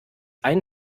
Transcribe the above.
ein